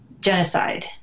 genocide